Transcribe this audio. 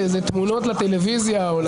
זה תמונות לטלוויזיה או לפייסבוק.